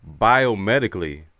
biomedically